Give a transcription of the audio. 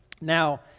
Now